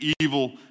evil